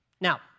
Now